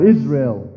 Israel